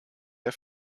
der